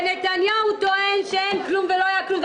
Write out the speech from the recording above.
ונתניהו טוען שאין כלום ולא היה כלום,